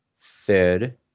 third